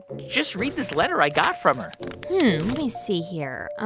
just read this letter i got from her let me see here.